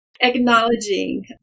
acknowledging